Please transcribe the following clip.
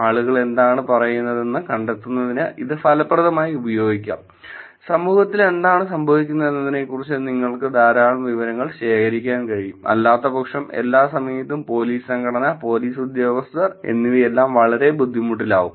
ആളുകൾ എന്താണ് പറയുന്നതെന്ന് കണ്ടെത്തുന്നതിന് ഇത് ഫലപ്രദമായി ഉപയോഗിക്കാം സമൂഹത്തിൽ എന്താണ് സംഭവിക്കുന്നതെന്നതിനെക്കുറിച്ച് നിങ്ങൾക്ക് ധാരാളം വിവരങ്ങൾ ശേഖരിക്കാൻ കഴിയും അല്ലാത്തപക്ഷം എല്ലാ സമയത്തും പോലീസ് സംഘടന പോലീസ് ഉദ്യോഗസ്ഥർ എന്നിവയെല്ലാം വളരെ ബുദ്ധിമുട്ടിലാവും